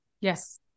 Yes